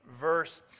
Verse